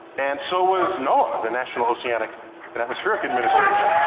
and so was noaa, the national oceanic and atmospheric administration.